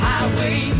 Highway